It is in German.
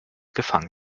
gefangen